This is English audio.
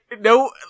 no